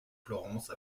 florence